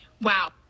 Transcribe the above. wow